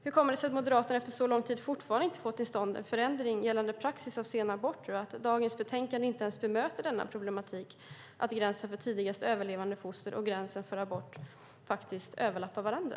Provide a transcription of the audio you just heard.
Hur kommer det sig att Moderaterna efter så lång tid fortfarande inte fått till stånd en förändring gällande praxis för sena aborter och att dagens betänkande inte ens bemöter denna problematik att gränsen för tidigast överlevande foster och gränsen för abort faktiskt överlappar varandra?